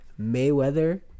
Mayweather